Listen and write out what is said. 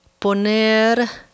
poner